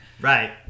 right